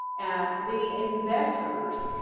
the investors,